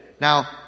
Now